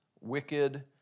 wicked